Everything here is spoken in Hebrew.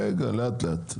רגע, לאט-לאט.